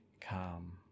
calm